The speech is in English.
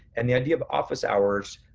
and the idea of office hours